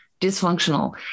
dysfunctional